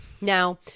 Now